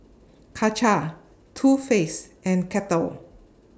Karcher Too Faced and Kettle